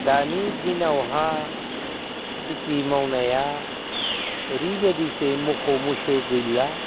दानि दिनावहा खेथि मावनाया ओरैबादिसै मोसौ मैसो गैला